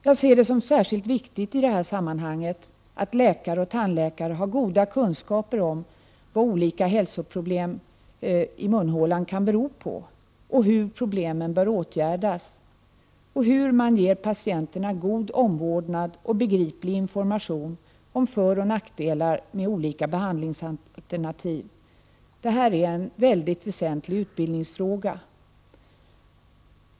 Jag ser det som särskilt viktigt i detta sammanhang att läkare och tandläkare har goda kunskaper om vad olika hälsoproblem i munhålan kan bero på, hur problemen bör åtgärdas och hur man ger patienterna god omvårdnad och begriplig information om föroch nackdelar med olika behandlingsalternativ. Detta är en väsentlig utbildningsfråga.